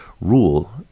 rule